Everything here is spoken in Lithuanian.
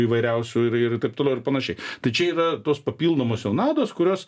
įvairiausių ir ir taip toliau ir panašiai tai čia yra tos papildomos jau naudos kurios